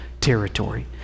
territory